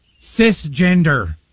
Cisgender